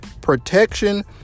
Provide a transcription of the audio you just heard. protection